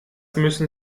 müssen